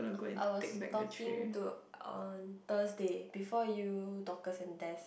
I was talking to on Thursday before you dorcas and Des